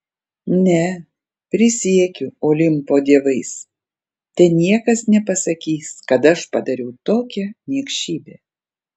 ne prisiekiu olimpo dievais te niekas nepasakys kad aš padariau tokią niekšybę